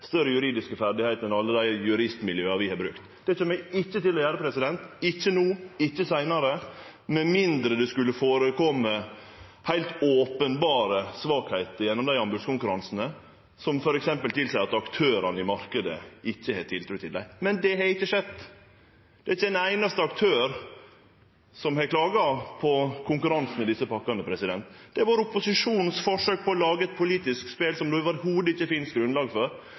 større juridiske ferdigheiter enn alle dei juristmiljøa vi har brukt. Det kjem eg ikkje til å gjere – ikkje no, ikkje seinare – med mindre det skulle kome fram heilt openberre svakheiter gjennom dei anbodskonkurransane, som f.eks. tilseier at aktørane i marknaden ikkje har tiltru til dei. Men det har ikkje skjedd. Det er ikkje ein einaste aktør som har klaga på konkurransen i desse pakkene. Det har berre vore forsøk frå opposisjonen på å lage eit politisk spel som det i det heile ikkje finst grunnlag for,